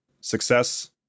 Success